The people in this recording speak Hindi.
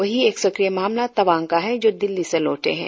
वही एक सक्रिय मामला तवांग का है जो दिल्ली से लौटे है